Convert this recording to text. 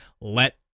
let